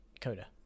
CODA